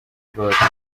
bw’abatutsi